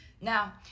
Now